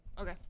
Okay